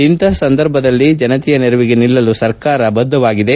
ಇಂತಪ ಸಂದರ್ಭದಲ್ಲಿ ಜನತೆಯ ನೆರವಿಗೆ ನಿಲ್ಲಲು ಸರಕಾರ ನಿಲ್ಲಲು ಬದ್ದವಾಗಿದೆ